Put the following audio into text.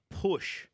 push